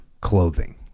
clothing